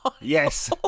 yes